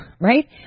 right